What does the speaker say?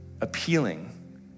appealing